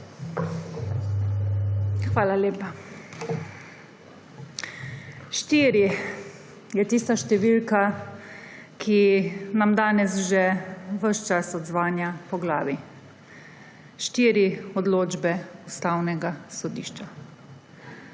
Hvala lepa. Štiri je tista številka, ki nam danes že ves čas odzvanja po glavi. Štiri odločbe ustavnega sodišča.